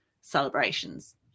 celebrations